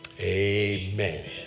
Amen